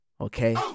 okay